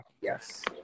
yes